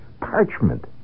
parchment